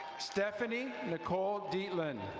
stephanie nicole deetland.